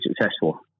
successful